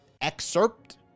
excerpt